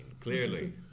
clearly